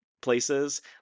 places